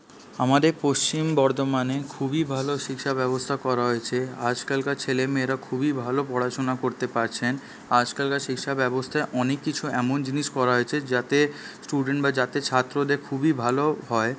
আমাদের পশ্চিম বর্ধমানে খুবই ভালো শিক্ষা ব্যবস্থা করা হয়েছে আজকালকার ছেলেমেয়েরা খুবই ভালো পড়াশোনা করতে পারছেন আজকালকার শিক্ষা ব্যবস্থায় অনেক কিছু এমন জিনিস করা হয়েছে যাতে স্টুডেন্ট বা যাতে ছাত্রদের খুবই ভালো হয়